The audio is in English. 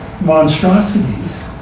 monstrosities